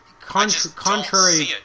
contrary